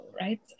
right